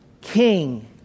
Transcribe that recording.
king